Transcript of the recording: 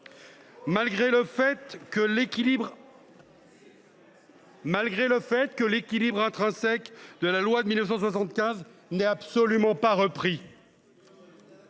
malgré le fait que l’équilibre intrinsèque de la loi de 1975 ne soit absolument pas repris